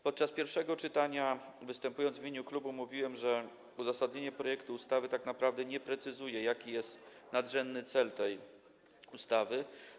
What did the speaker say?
Podczas pierwszego czytania, występując w imieniu klubu, mówiłem, że uzasadnienie projektu ustawy tak naprawdę nie precyzuje, jaki jest nadrzędny cel tej ustawy.